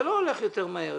זה לא הולך יותר מהר.